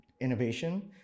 innovation